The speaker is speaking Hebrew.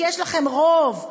כי יש לכם רוב.